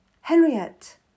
Henriette